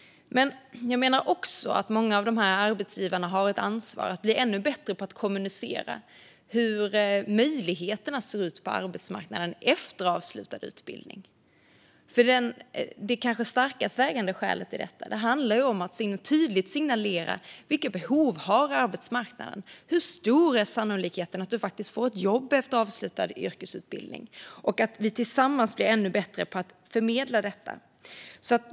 Jag menar också att många av arbetsgivarna har ett ansvar att bli ännu bättre på att kommunicera om hur möjligheterna ser ut på arbetsmarknaden efter avslutad utbildning. Det kanske starkast vägande skälet till detta handlar om att tydligt signalera vilka behov arbetsmarknaden har och hur stor sannolikheten är att man får jobb efter avslutad yrkesutbildning. Tillsammans behöver vi bli ännu bättre på att förmedla detta.